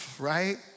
right